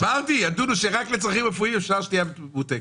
אמרתי: ידונו שרק לצרכים רפואיים אפשר שתייה ממותקת.